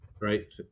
right